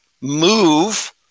move